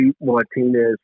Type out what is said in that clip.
Martinez